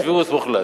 יש וירוס מוחלש,